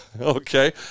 Okay